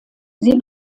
sie